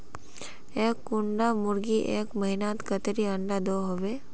एक कुंडा मुर्गी एक महीनात कतेरी अंडा दो होबे?